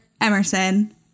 Emerson